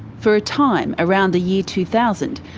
for a time, around the year two thousand,